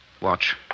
Watch